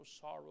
sorrow